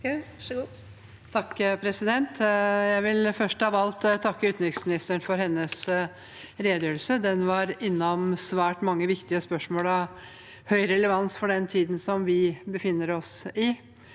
(H) Jeg vil først av alt tak- ke utenriksministeren for hennes redegjørelse. Den var innom svært mange viktige spørsmål av høy relevans for tiden vi befinner oss i.